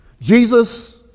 Jesus